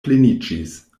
pleniĝis